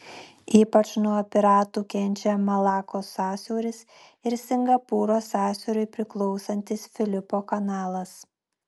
ypač nuo piratų kenčia malakos sąsiauris ir singapūro sąsiauriui priklausantis filipo kanalas